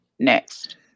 next